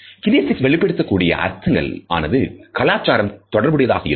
kinesics வெளிப்படுத்தக்கூடிய அர்த்தங்கள் ஆனது கலாச்சாரம் தொடர்புடையதாக இருக்கும்